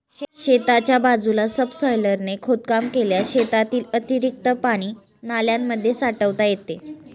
शेताच्या बाजूला सबसॉयलरने खोदकाम केल्यास शेतातील अतिरिक्त पाणी नाल्यांमध्ये साठवता येते